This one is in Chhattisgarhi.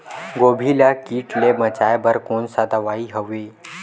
गोभी ल कीट ले बचाय बर कोन सा दवाई हवे?